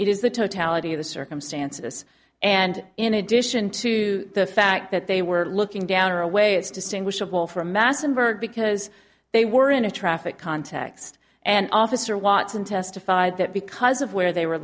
of the circumstances and in addition to the fact that they were looking down or away it's distinguishable from massenburg because they were in a traffic context and officer watson testified that because of where they were